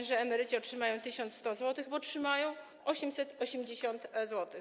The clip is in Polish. że emeryci otrzymują 1100 zł, bo otrzymają 880 zł.